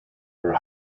were